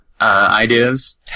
ideas